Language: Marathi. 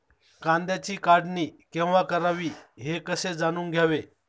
कांद्याची काढणी केव्हा करावी हे कसे जाणून घ्यावे?